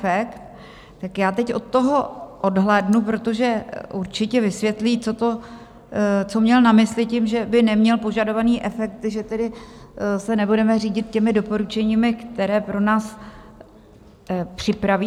Tak já teď od toho odhlédnu, protože určitě vysvětlí, co měl na mysli tím, že by neměl požadovaný efekt, že tedy se nebudeme řídit těmi doporučeními, která pro nás připraví.